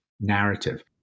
narrative